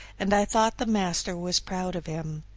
and i thought the master was proud of him.